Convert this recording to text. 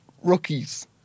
rookies